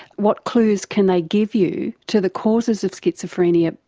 what clues can they give you to the causes of schizophrenia,